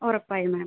ഉറപ്പായും മാം